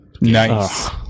Nice